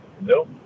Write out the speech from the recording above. No